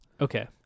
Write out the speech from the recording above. Okay